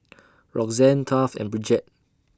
Roxann Taft and Bridgette